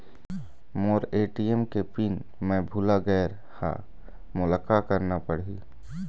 मोर ATM के PIN मैं भुला गैर ह, मोला का करना पढ़ही?